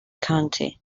county